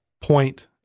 point